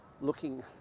looking